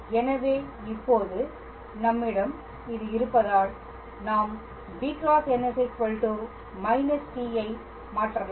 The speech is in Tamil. எனவே இப்போது நம்மிடம் இது இருப்பதால் நாம் b × n t ஐ மாற்றலாம்